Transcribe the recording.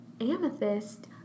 Amethyst